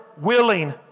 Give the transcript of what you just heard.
willing